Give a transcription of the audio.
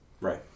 right